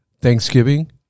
thanksgiving